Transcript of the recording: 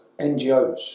NGOs